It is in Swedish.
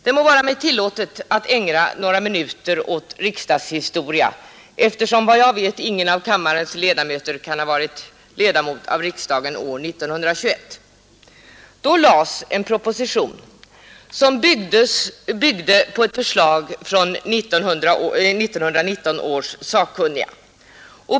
Det må vara mig tillåtet att ägna några minuter åt riksdagshistoria, eftersom såvitt jag vet ingen av kammarens ledamöter kan ha varit ledamot av riksdagen år 1921. Då framlades en proposition som byggde på ett förslag från 1919 års sakkunniga.